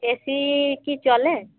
AC কি চলে